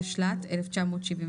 התשל"ט 1979,